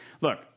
look